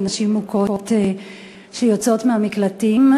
לנשים מוכות שיוצאות מהמקלטים.